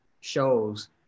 shows